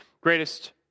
greatest